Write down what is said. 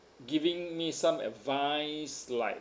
giving me some advice like